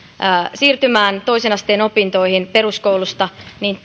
siirtymään toisen asteen opintoihin peruskoulusta